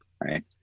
right